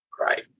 Right